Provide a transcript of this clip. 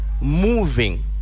moving